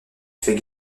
fait